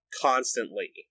constantly